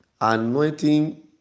Anointing